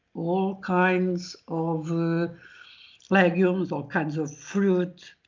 all kinds of legumes, all kinds of fruit.